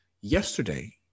yesterday